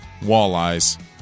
walleyes